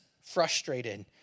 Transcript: frustrated